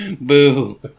boo